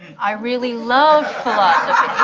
i really loved philosophy.